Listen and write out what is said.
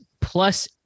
plus